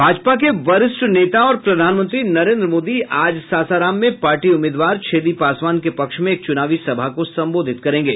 भाजपा के वरिष्ठ नेता और प्रधानमंत्री नरेन्द्र मोदी आज सासाराम में पार्टी उम्मीदवार छेदी पासवान के पक्ष में एक चुनावी सभा को संबोधित करेंगे